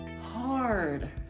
hard